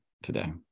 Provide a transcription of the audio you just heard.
Today